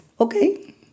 okay